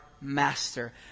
master